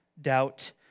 doubt